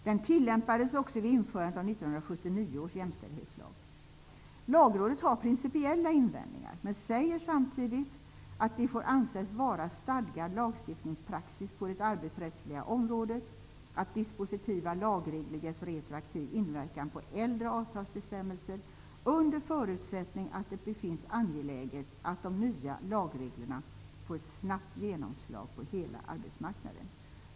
Den tillämpades också vid införandet av 1979 års jämställdhetslag. Lagrådet har principiella invändningar men säger samtidigt att det får anses vara stadgad lagstiftningspraxis på det arbetsrättsliga området att dispositiva lagregler ges retroaktiv inverkan på äldre avtalsbestämmelser under förutsättning att det befinns angeläget att de nya lagreglerna får ett snabbt genomslag på hela arbetsmarknaden.